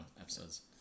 episodes